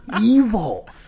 evil